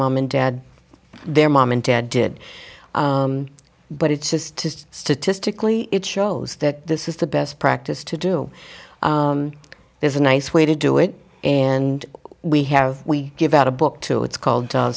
mom and dad their mom and dad did but it's just statistically it shows that this is the best practice to do there's a nice way to do it and we have we give out a book to it's called